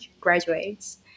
graduates